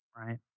right